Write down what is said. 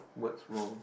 what's wrong